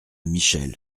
michel